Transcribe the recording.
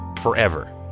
forever